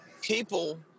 people